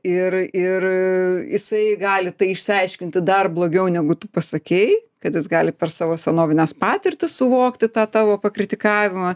ir ir jisai gali tai išsiaiškinti dar blogiau negu tu pasakei kad jis gali per savo senovines patirtis suvokti tą tavo pakritikavimą